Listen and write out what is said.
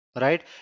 right